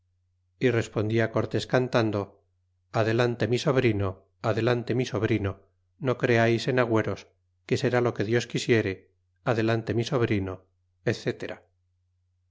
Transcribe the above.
y respondia cortés cantando adelante mi sobrino adelante mi sobrino no creais en agueros que será lo que dios quisiere adelante mi sobrino